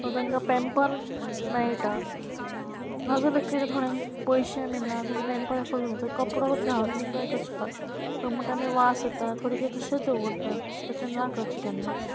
so तांकां pamper मेळटा नाजाल्या कितें थोड्यांक पयशे बी ना सो ते पेंपर एफ कपडो घालून तेंकां एक म्हणटा आमी वास येता थोडी कितें तशेंच दवरता तशें ना करचें केन्नाच